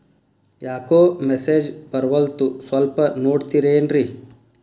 ಯಾಕೊ ಮೆಸೇಜ್ ಬರ್ವಲ್ತು ಸ್ವಲ್ಪ ನೋಡ್ತಿರೇನ್ರಿ?